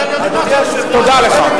תודה לך.